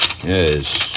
Yes